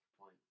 point